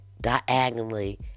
diagonally